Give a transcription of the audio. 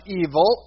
evil